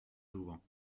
jouvent